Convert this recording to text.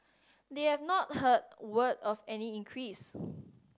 they have not heard word of any increase